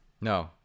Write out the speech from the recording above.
No